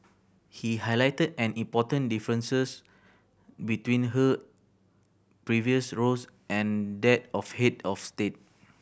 he highlighted an important differences between her previous roles and that of head of state